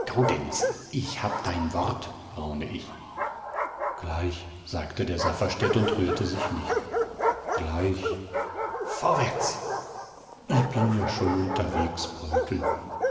ich hab dein wort raune ich gleich sagte der safferstätt und rührte sich nicht gleich vorwärts i bin ja schon unterwegs